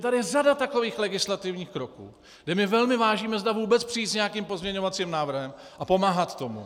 Tady je řada takových legislativních kroků, kde velmi vážíme, zda vůbec přijít s nějakým pozměňovacím návrhem a pomáhat tomu.